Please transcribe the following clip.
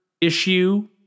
issue